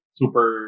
super